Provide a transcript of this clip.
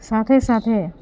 સાથે સાથે